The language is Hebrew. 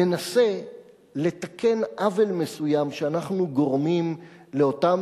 שננסה לתקן עוול מסוים שאנחנו גורמים לאותם